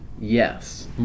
Yes